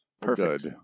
Perfect